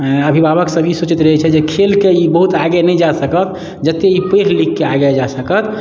अभिभावकसभ ई सोचैत रहैत छै जे खेल कऽ ई बहुत आगे नहि जा सकत जतेक ई पढ़ि लिखिके आगे जा सकत